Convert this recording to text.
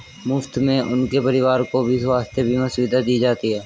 मुफ्त में उनके परिवार को भी स्वास्थ्य बीमा सुविधा दी जाती है